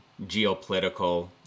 geopolitical